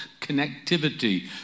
connectivity